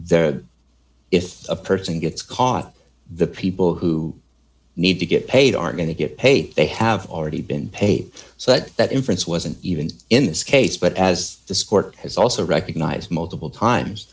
there if a person gets caught the people who need to get paid are going to get paid they have already been paid so what that inference wasn't even in this case but as this court has also recognized multiple times